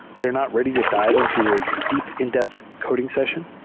they're not ready to dive into a deep in-depth coding session.